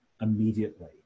immediately